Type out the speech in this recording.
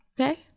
okay